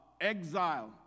exile